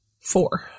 Four